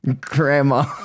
Grandma